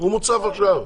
הוא מוצף עכשיו.